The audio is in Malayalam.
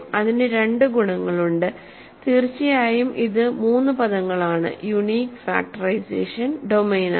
ഇതിന് രണ്ട് ഗുണങ്ങളുണ്ട് തീർച്ചയായും ഇത് മൂന്ന് പദങ്ങൾ ആണ്യൂണീക് ഫാക്ടറൈസേഷൻ ഡൊമെയ്നാണ്